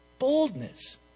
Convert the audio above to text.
Boldness